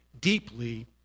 deeply